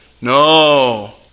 no